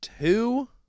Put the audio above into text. two